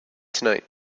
tonight